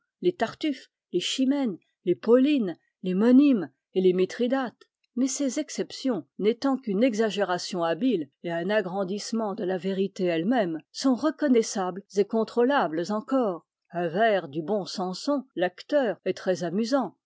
les tartuffe les chimène les pauline les monime et les mithridate mais ces exceptions n'étant qu'une exagération habile et un agrandissement de la vérité elle-même sont reconnaissables et contrôlables encore un vers du bon sanson l'acteur est